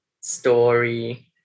story